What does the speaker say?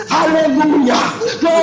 Hallelujah